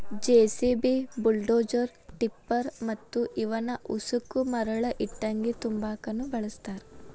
JCB, bulldozer, tipper ಮತ್ತ ಇವನ್ ಉಸಕ ಮರಳ ಇಟ್ಟಂಗಿ ತುಂಬಾಕುನು ಬಳಸ್ತಾರ